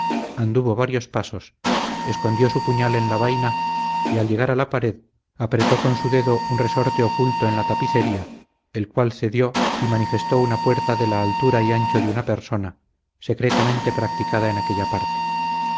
anduvo varios pasos escondió su puñal en la vaina y al llegar a la pared apretó con su dedo un resorte oculto en la tapicería el cual cedió y manifestó una puerta de la altura y ancho de una persona secretamente practicada en aquella parte